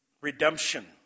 redemption